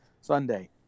Sunday